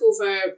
over